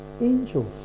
angels